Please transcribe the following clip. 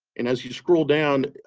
and as you scroll down,